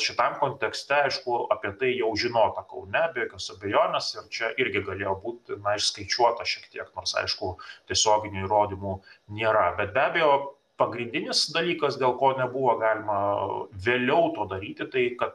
šitam kontekste aišku apie tai jau žinota kaune be jokios abejonės čia irgi galėjo būt išskaičiuota šiek tiek nors aišku tiesioginių įrodymų nėra bet be abejo pagrindinis dalykas dėl ko nebuvo galima vėliau to daryti tai kad